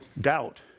Doubt